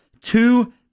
two